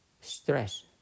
stress